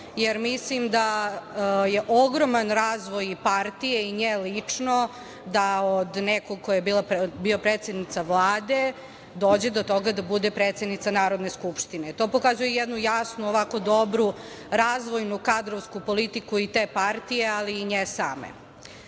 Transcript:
jer mislim da je ogroman razvoj i partije i njen lično da od nekog ko je bio predsednica Vlade dođe do toga da budu predsednica Narodne skupštine. To pokazuje jednu jasnu ovako dobru razvojnu kadrovsku politiku i te partije, ali i nje same. Ja